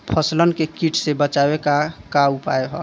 फसलन के कीट से बचावे क का उपाय है?